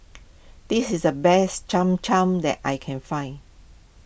this is the best Cham Cham that I can find